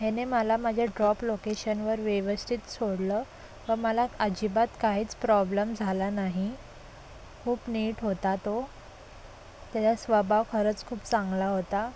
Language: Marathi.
ह्याने मला माझ्या ड्रॉप लोकेशनवर व्यवस्थित सोडलं व मला अजिबात काहीच प्रॉब्लम झाला नाही खूप नीट होता तो त्याचा स्वभाव खरंच खूप चांगला होता